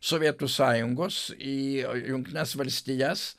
sovietų sąjungos į jungtines valstijas